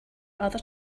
other